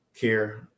care